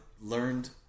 learned